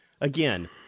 again